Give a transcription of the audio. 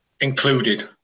included